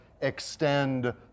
extend